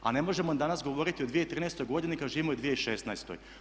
A ne možemo danas govoriti o 2013. godini kad živimo u 2016.